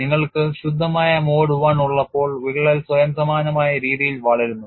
നിങ്ങൾക്ക് ശുദ്ധമായ mode I ഉള്ളപ്പോൾ വിള്ളൽ സ്വയം സമാനമായ രീതിയിൽ വളരുന്നു